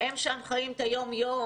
הם חיים שם את היום יום,